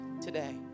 today